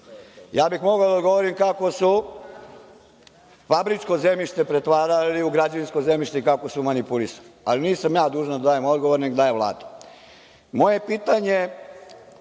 bih da govorim kako su fabričko zemljište pretvarali u građevinsko zemljište i kako su manipulisali, ali nisam dužan da dajem odgovore, neka daje Vlada. Moje pitanje